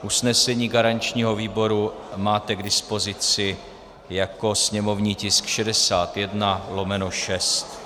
Usnesení garančního výboru máte k dispozici jako sněmovní tisk 61/6.